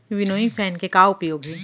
Winnowing fan के का उपयोग हे?